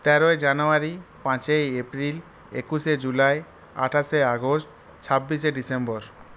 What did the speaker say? তেরোই জানুয়ারি পাঁচই এপ্রিল একুশে জুলাই আঠাশে আগস্ট ছাব্বিশে ডিসেম্বর